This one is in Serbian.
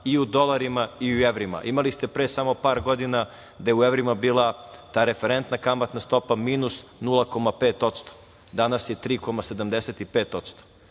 i u dolarima i u evrima. Imali ste pre samo par godina da je u evrima bila ta referentna kamatna stopa minus 0,5%. Danas je 3,